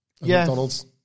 McDonald's